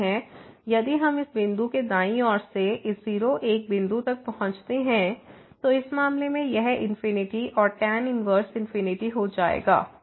इसी तरह यदि हम इस बिंदु के दाईं ओर से इस 0 1 बिंदु पर पहुंचते हैं तो इस मामले में यह इंफिनिटी और tan इनवरस इंफिनिटी हो जाएगा